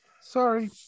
Sorry